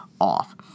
off